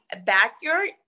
backyard